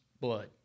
blood